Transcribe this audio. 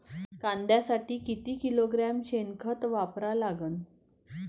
कांद्यासाठी किती किलोग्रॅम शेनखत वापरा लागन?